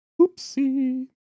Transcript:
Oopsie